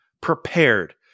prepared